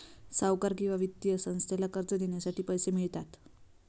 सावकार किंवा वित्तीय संस्थेला कर्ज देण्यासाठी पैसे मिळतात